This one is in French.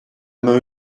main